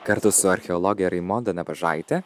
kartu su archeologė raimonda nabažaite